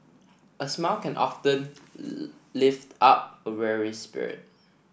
a smile can often lift up a weary spirit